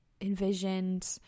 envisioned